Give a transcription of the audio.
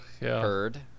heard